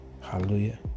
Hallelujah